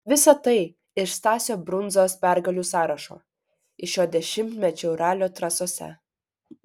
visa tai iš stasio brundzos pergalių sąrašo iš jo dešimtmečių ralio trasose